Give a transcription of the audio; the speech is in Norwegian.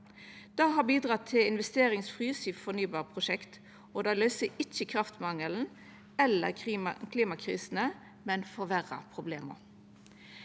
Det har bidratt til investeringsfrys i fornybarprosjekt. Det løyser ikkje kraftmangelen eller klimakrisa, men forverrar problema.